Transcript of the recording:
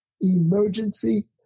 emergency